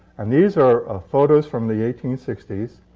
and these are photos from the eighteen sixty s.